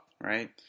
right